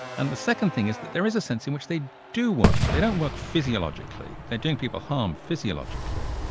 and the second thing is that there is a sense in which they do work. they don't work physiologically, they're doing people harm physiologically,